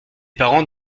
parents